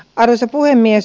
arvoisa puhemies